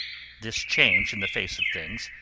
this change in the face of things,